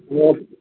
okay